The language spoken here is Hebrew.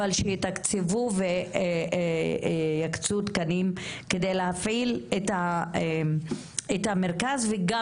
אבל שיתקצבו ויקצו תקנים כדי להפעיל את המרכז וגם